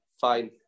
fine